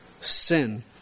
sin